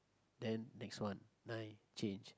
then next one nine change